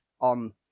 on